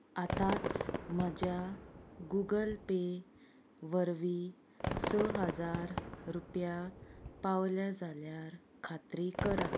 आतांच म्हज्या Google Pay वरवीं स हजार रुपया पावल्या जाल्यार खात्री करात